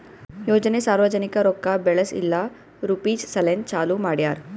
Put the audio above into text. ಯೋಜನೆ ಸಾರ್ವಜನಿಕ ರೊಕ್ಕಾ ಬೆಳೆಸ್ ಇಲ್ಲಾ ರುಪೀಜ್ ಸಲೆಂದ್ ಚಾಲೂ ಮಾಡ್ಯಾರ್